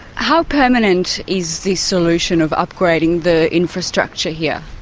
how permanent is the solution of upgrading the infrastructure here?